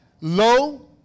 lo